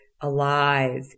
alive